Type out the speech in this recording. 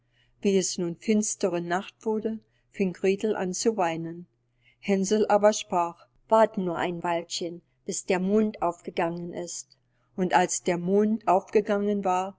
wie es nun finstere nacht wurde fing gretel an zu weinen hänsel aber sprach wart nur ein weilchen bis der mond aufgegangen ist und als der mond aufgegangen war